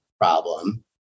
problem